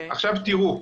עכשיו תראו,